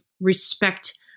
respect